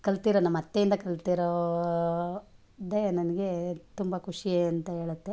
ಕಲಿತಿರೋ ನಮ್ಮ ಅತ್ತೆಯಿಂದ ಕಲಿತಿರೋದೆ ನನಗೆ ತುಂಬ ಖುಷಿ ಅಂತ ಹೇಳತ್ತೆ